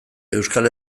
euskal